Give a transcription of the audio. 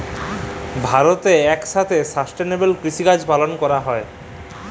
ভারতেল্লে ইকসাথে সাস্টেলেবেল কিসিকাজ পালল ক্যরা হ্যয়